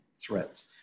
threats